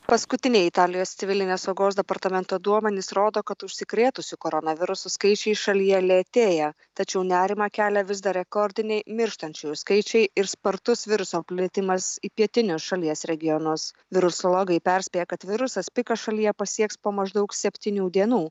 paskutinai italijos civilinės saugos departamento duomenys rodo kad užsikrėtusių koronavirusu skaičiui šalyje lėtėja tačiau nerimą kelia vis dar rekordiniai mirštančiųjų skaičiai ir spartus viruso plitimas į pietinius šalies regionus virusologai perspėja kad virusas piką šalyje pasieks po maždaug septynių dienų